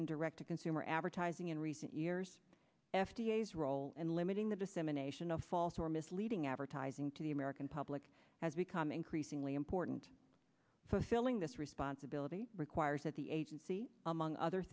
in direct to consumer advertising in recent years f d a is role and limiting the dissemination of false or misleading advertising to the american public has become increasingly important for filling this responsibility requires that the agency among other